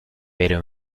pero